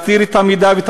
יוסי.